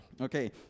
Okay